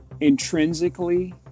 intrinsically